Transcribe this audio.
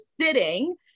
sitting